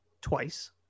twice